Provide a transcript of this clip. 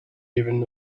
even